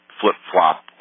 flip-flop